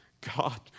God